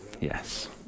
Yes